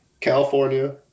California